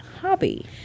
hobby